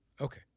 Okay